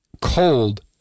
cold